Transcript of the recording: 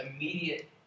immediate